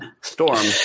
Storm